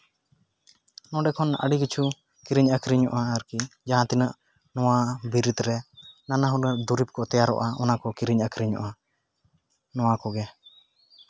ᱚᱸᱰᱮ ᱠᱷᱚᱱ ᱟᱹᱰᱤ ᱠᱤᱪᱷᱩ ᱠᱤᱨᱤᱧᱚᱜᱼᱟ ᱟᱨᱠᱤ ᱡᱟᱦᱟᱸ ᱛᱤᱱᱟᱹᱜ ᱱᱚᱣᱟ ᱵᱤᱨᱤᱫᱽ ᱨᱮ ᱱᱟᱱᱟᱦᱩᱱᱟᱹᱨ ᱫᱩᱨᱤᱵᱽ ᱠᱚ ᱛᱮᱭᱟᱨᱚᱜᱼᱟ ᱚᱱᱟ ᱠᱚ ᱠᱤᱨᱤᱧ ᱟᱠᱷᱨᱤᱧᱚᱜᱼᱟ ᱚᱱᱟ ᱠᱚᱜᱮ